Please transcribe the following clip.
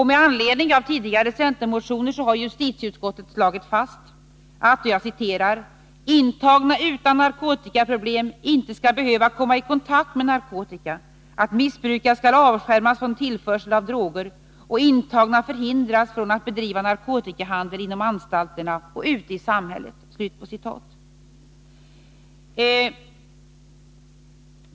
Med anledning av tidigare centermotioner har justitieutskottet slagit fast att ”intagna utan narkotikaproblem inte skall behöva komma i kontakt med narkotika, att missbrukare skall avskärmas från tillförsel av droger och intagna förhindras från att bedriva narkotikahandel inom anstalterna och ute i samhället”.